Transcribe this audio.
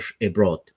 abroad